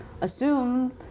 assume